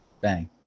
Bang